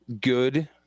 good